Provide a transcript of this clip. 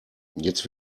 jetzt